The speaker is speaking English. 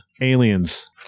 aliens